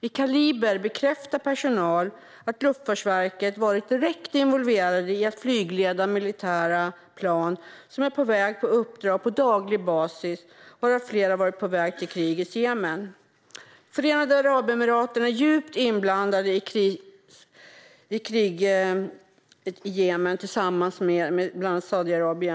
I Kaliber bekräftar personal att Luftfartsverket varit direkt involverat i att flygleda militära plan som är på väg på uppdrag på daglig basis, varav flera har varit på väg till krigets Jemen. Förenade Arabemiraten är djupt inblandat i kriget i Jemen tillsammans med bland andra Saudiarabien.